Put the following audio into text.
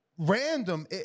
Random